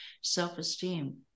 self-esteem